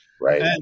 right